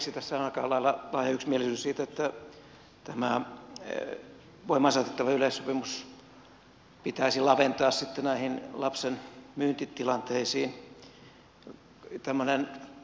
tässähän on aika lailla laaja yksimielisyys siitä että tämä voimaan saatettava yleissopimus pitäisi laventaa näihin lapsenmyyntitilanteisiin